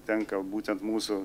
tenka būtent mūsų